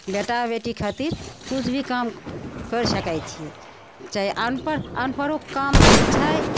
बेटा बेटी खातिर किछु भी काम कर सकय छियै चाहे अनपढ़ अनपढ़ोके काम छै